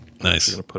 nice